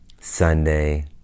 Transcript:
Sunday